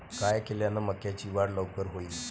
काय केल्यान मक्याची वाढ लवकर होईन?